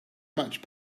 much